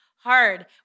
hard